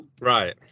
Right